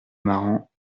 marans